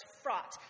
fraught